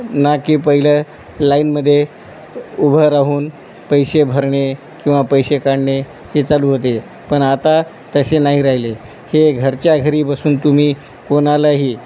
ना की पहिलं लाईनमध्ये उभं राहून पैसे भरणे किंवा पैसे काढणे हे चालू होते पण आता तसे नाही राहिले हे घरच्या घरी बसून तुम्ही कोणालाही